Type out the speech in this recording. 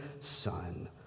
Son